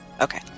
Okay